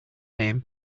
name